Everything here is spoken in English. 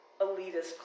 elitist